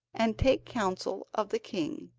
and take counsel of the king,